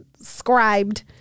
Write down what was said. scribed